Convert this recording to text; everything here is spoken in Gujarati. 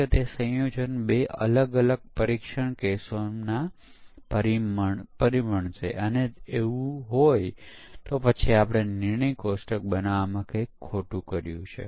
કેટલાક અભ્યાસનું નિષ્કર્ષ એવું છે કે લગભગ 85 ટકા ભૂલો દૂર થઈ છે